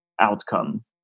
outcome